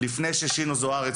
לפני ששינו זוארץ,